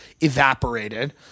evaporated